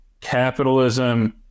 capitalism